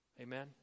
Amen